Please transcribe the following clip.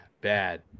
bad